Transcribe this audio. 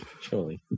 surely